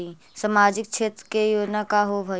सामाजिक क्षेत्र के योजना का होव हइ?